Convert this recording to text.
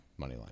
Moneyline